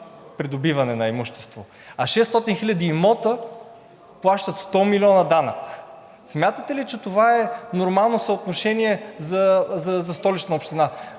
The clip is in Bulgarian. придобиване на имущество. А 600 хиляди имота плащат 100 милиона данък. Смятате ли, че това е нормално съотношение за Столична община.